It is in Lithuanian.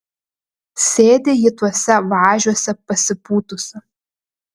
sėdi ji tuose važiuose pasipūtusi